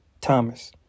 Thomas